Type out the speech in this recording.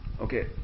Okay